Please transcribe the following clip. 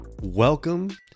Welcome